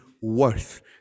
worth